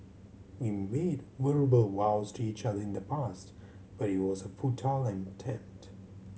we made verbal vows to each other in the past but it was a futile attempt